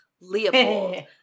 Leopold